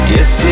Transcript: Yes